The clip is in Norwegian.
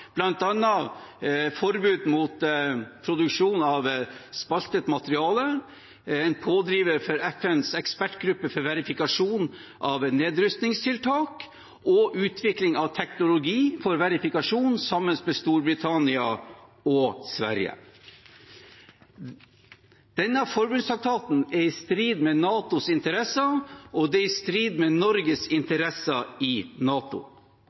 forbud mot produksjon av spaltet materiale, en pådriver for FNs ekspertgruppe for verifikasjon av nedrustningstiltak og utvikling av tiltak for verifikasjon sammen med Storbritannia og Sverige. Denne forbudstraktaten er i strid med NATOs interesser, og det er i strid med Norges interesser i NATO.